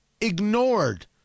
ignored